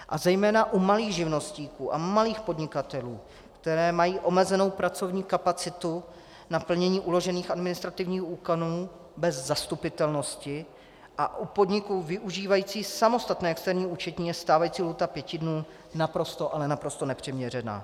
A zejména u malých živnostníků a malých podnikatelů, kteří mají omezenou pracovní kapacitu na plnění uložených administrativních úkonů bez zastupitelnosti, a u podniků využívajících samostatné externí účetní je stávající lhůta pěti dnů naprosto, ale naprosto nepřiměřená.